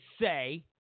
say